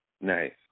Nice